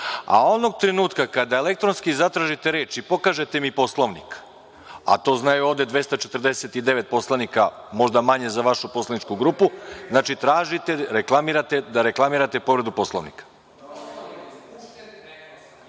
a onog trenutka kada elektronski zatražite reč i pokažete mi Poslovnik, a to znaju ovde 249 poslanika, možda manje za vašu poslaničku grupu, znači, tražite da reklamirate povredu Poslovnika.(Saša